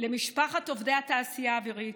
למשפחת עובדי התעשייה האווירית,